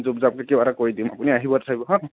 যোগ যাগকে কিবা এটা কৰি দিম আপুনি আহিব তথাপিও হা